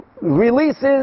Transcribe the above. releases